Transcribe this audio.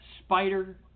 Spider